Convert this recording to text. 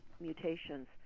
mutations